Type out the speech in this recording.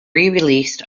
released